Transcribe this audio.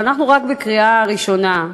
ואנחנו רק בקריאה הראשונה,